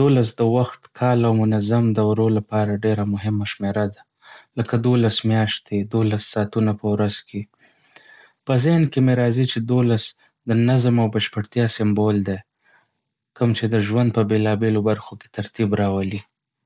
دولس د وخت، کال او منظم دورو لپاره ډېره مهمه شمېره ده، لکه دولس میاشتې، دولس ساعتونه په ورځ کې. په ذهن کې مې راځي چې دولس د نظم او بشپړتیا سمبول دی، کوم چې د ژوند په بېلابېلو برخو کې ترتیب راولي.